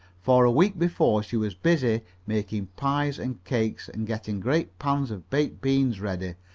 for a week before she was busy making pies and cakes and getting great pans of baked beans ready,